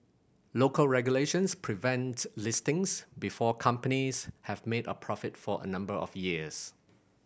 local regulations prevent listings before companies have made a profit for a number of years